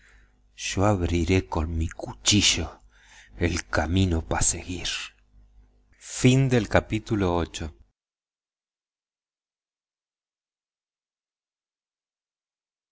dividiryo abriré con mi cuchillo el camino pa seguir ix